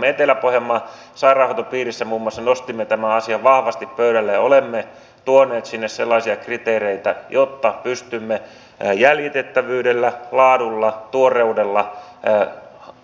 me muun muassa etelä pohjanmaan sairaanhoitopiirissä nostimme tämän asian vahvasti pöydälle ja olemme tuoneet sinne sellaisia kriteereitä että pystymme jäljitettävyydellä laadulla tuoreudella